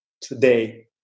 today